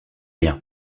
rien